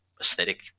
aesthetic